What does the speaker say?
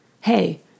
Hey